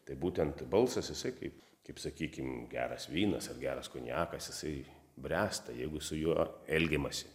tai būtent balsas jisai kaip kaip sakykim geras vynas ar geras konjakas jisai bręsta jeigu su juo elgiamasi